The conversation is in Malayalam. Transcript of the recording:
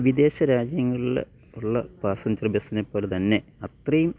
വിദേശരാജ്യങ്ങളിൽ ഉള്ള പാസഞ്ചർ ബെസ്സിനെപ്പോലെ തന്നെ അത്രേം